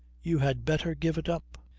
you had better give it up!